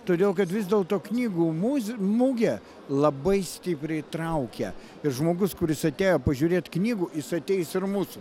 todėl kad vis dėlto knygų mūz mugė labai stipriai traukia ir žmogus kuris atėjo pažiūrėt knygų jis ateis ir mūsų